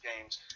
games